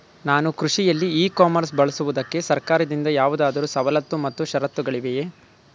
ನಾನು ಕೃಷಿಯಲ್ಲಿ e commerce ಬಳಸುವುದಕ್ಕೆ ಸರ್ಕಾರದಿಂದ ಯಾವುದಾದರು ಸವಲತ್ತು ಮತ್ತು ಷರತ್ತುಗಳಿವೆಯೇ?